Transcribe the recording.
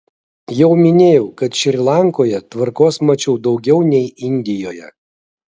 jau minėjau kad šri lankoje tvarkos mačiau daugiau nei indijoje